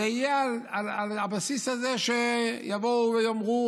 תהיה על הבסיס הזה שיבואו ויאמרו: